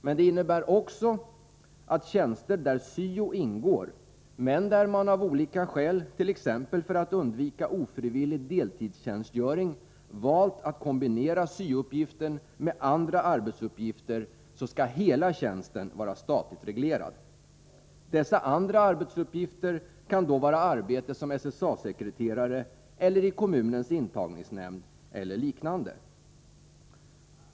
Men det innebär också att beträffande en tjänst där syo ingår men där man av olika skäl, t.ex. för att undvika ofrivillig deltidstjänstgöring, valt att kombinera syo-uppgiften med andra arbetsuppgifter, skall hela tjänsten vara statligt reglerad. Dessa andra arbetsuppgifter kan då vara arbete som SSA-sekreterare eller i kommunens intagningsnämnd eller liknande.